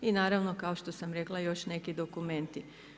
I naravno, kao što sam rekla još neki dokumenti.